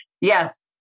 Yes